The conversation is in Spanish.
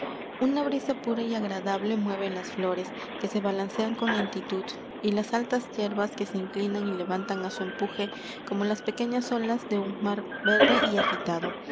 una brisa pura y agradable mueve las flores que se balancean con lentitud y las altas yerbas que se inclinan y levantan á su empuje como las pequeñas olas de un mar verde y agitado